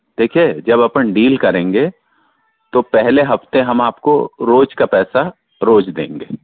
देखें जब अपन डील करेंगे तो पहले हफ्ते हम आपको रोज का पैसा रोज देंगे